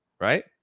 right